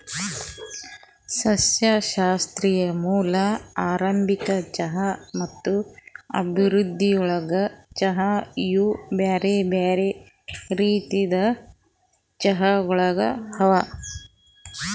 ಸಸ್ಯಶಾಸ್ತ್ರೀಯ ಮೂಲ, ಆರಂಭಿಕ ಚಹಾ ಮತ್ತ ಅಭಿವೃದ್ಧಿಗೊಳ್ದ ಚಹಾ ಇವು ಬ್ಯಾರೆ ಬ್ಯಾರೆ ರೀತಿದ್ ಚಹಾಗೊಳ್ ಅವಾ